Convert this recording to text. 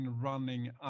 running